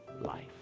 life